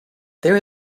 there